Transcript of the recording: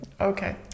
Okay